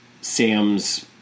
Sam's